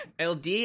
ld